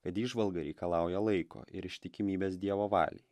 kad įžvalga reikalauja laiko ir ištikimybės dievo valiai